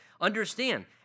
Understand